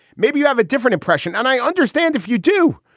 maybe you have a different impression and i understand if you do,